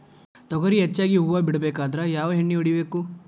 ತೊಗರಿ ಹೆಚ್ಚಿಗಿ ಹೂವ ಬಿಡಬೇಕಾದ್ರ ಯಾವ ಎಣ್ಣಿ ಹೊಡಿಬೇಕು?